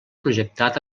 projectada